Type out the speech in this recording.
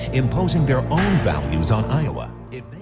imposing their own values on iowa. if they